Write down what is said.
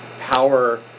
power